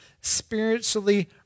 Spiritually